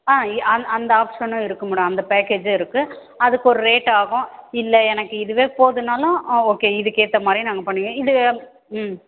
ஆ இ அந் அந்த ஆப்ஷனும் இருக்குது மேடம் அந்த பேக்கேஜ்ஜும் இருக்குது அதுக்கு ஒரு ரேட் ஆகும் இல்லை எனக்கு இதுவே போதும்னாலும் ஓகே இதுக்கேற்ற மாதிரியே நாங்கள் பண்ணி இது ம்